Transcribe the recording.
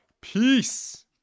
Peace